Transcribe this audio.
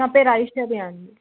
నా పేరు ఐశ్వర్య అండి